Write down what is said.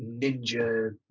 ninja